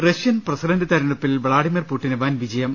Russian president തെരഞ്ഞെടുപ്പിൽ Vladimir പുടിന് വൻ വിജ യം